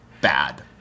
bad